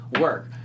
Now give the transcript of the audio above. work